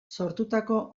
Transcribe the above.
sortutako